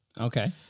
Okay